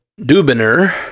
Dubiner